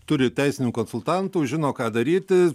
turi teisininkų konsultantų žino ką daryti